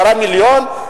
עשרה מיליון.